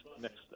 next